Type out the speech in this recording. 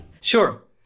Sure